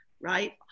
right